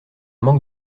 manque